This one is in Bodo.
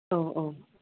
औ औ